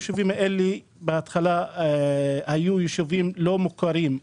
היישובים האלה היו יישובים לא מוכרים,